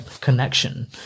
connection